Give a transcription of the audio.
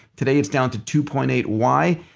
today it's down to two point eight. why?